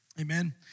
Amen